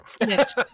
Yes